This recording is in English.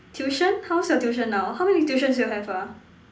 tuition how's your tuition now how many tuitions do you have ah